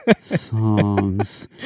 songs